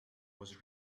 was